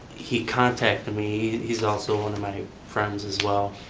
he contacted me, he is also one of my friends as well.